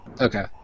Okay